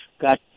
got